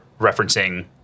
referencing